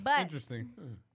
interesting